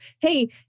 Hey